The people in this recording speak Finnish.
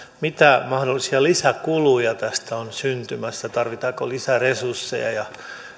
mitä mahdollisia lisäkuluja tästä on syntymässä tarvitaanko lisää resursseja ja